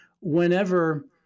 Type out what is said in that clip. whenever